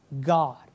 God